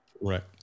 Right